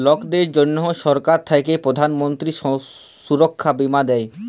লকদের জনহ সরকার থাক্যে প্রধান মন্ত্রী সুরক্ষা বীমা দেয়